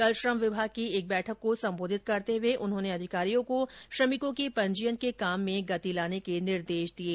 कल श्रम विभाग की एक बैठक को संबोधित करते हुए उन्होंने अधिकारियों को श्रमिकों के पंजीयन के काम में गति लाने के निर्देश दिये